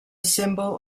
symbol